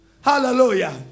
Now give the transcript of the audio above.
Hallelujah